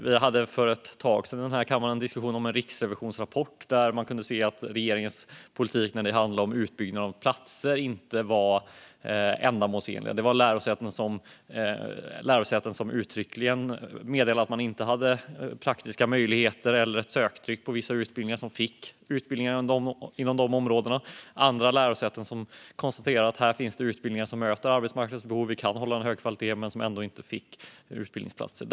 Vi hade för ett tag sedan i den här kammaren en diskussion om en riksrevisionsrapport där man kunde se att regeringens politik för utbyggnad av platser inte var ändamålsenlig. Det fanns lärosäten som uttryckligen meddelade att man inte hade praktiska möjligheter eller söktryck på vissa utbildningar som fick utbildningsplatser. Andra lärosäten konstaterade att utbildningar som mötte arbetsmarknadens behov och där man kunde hålla en hög kvalitet ändå inte fick utbildningsplatser.